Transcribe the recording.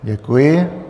Děkuji.